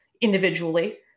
individually